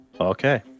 Okay